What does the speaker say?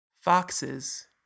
Foxes